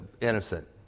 innocent